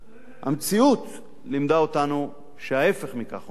המציאות לימדה אותנו שההיפך מכך הוא הנכון: